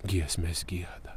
giesmes gieda